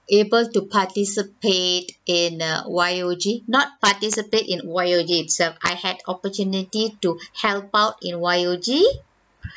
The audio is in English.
able to participate in a Y_O_G not participate in Y_O_G itself so I had opportunity to help out in Y_O_G